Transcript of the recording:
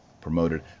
promoted